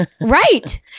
Right